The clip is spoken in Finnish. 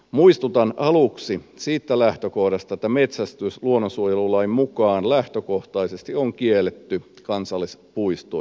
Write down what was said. muistutan aluksi siitä lähtökohdasta että metsästys luonnonsuojelulain mukaan lähtökohtaisesti on kielletty kansallispuistoissa